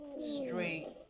Straight